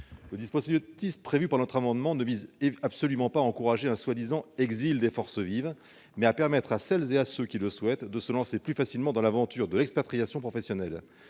Le dispositif prévu par notre amendement ne vise absolument pas à encourager un prétendu « exil des forces vives ». Il s'agit de permettre à celles et ceux qui le souhaitent de se lancer plus facilement dans l'aventure de l'expatriation professionnelle.